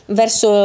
verso